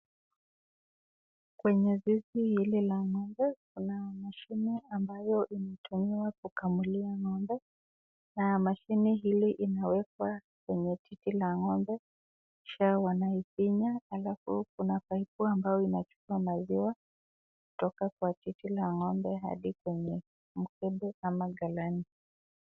Kwenye zizi hili la ng'ombe kuna mashini ambayo inatumiwa kukamulia ng'ombe na mashini hili inawekwa kwenye titi la ng'ombe kisha wanaifinya halafu kuna pipe ambayo inachukuwa maziwa kutoka kwa titi la ng'ombe hadi kwenye mkebe ama ghalani.